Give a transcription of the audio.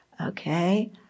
Okay